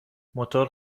موتور